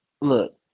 Look